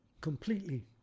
completely